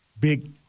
Big